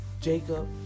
Jacob